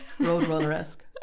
Roadrunner-esque